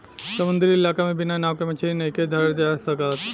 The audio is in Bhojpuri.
समुंद्री इलाका में बिना नाव के मछली नइखे धरल जा सकत